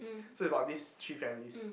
so is about this three families